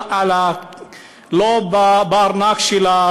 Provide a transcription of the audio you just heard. לא בארנק שלה,